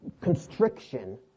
constriction